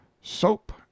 soap